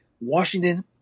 Washington